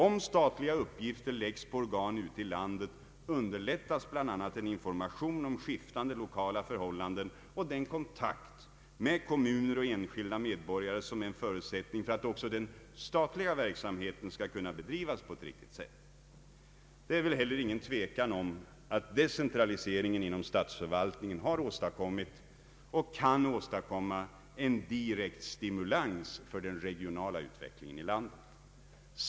Om statliga uppgifter läggs på organ ute i landet underlättas bl.a. informationen om skiftande lokala förhållanden och den kontakt med kommuner och enskilda medborgare som är en förutsättning för att också den statliga verksamheten skall kunna bedrivas på ett riktigt sätt. Det råder heller ingen tvekan om att decentraliseringen inom =<statsförvaltningen har åstadkommit och kan åstadkomma en direkt stimulans för den regionala utvecklingen i landet.